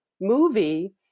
movie